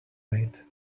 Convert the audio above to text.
mate